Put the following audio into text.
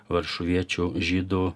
varšuviečių žydų